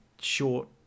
short